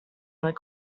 like